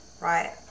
right